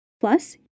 Plus